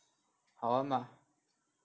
好玩吗